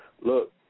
look